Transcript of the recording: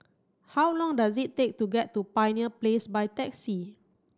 how long does it take to get to Pioneer Place by taxi